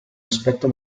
aspetto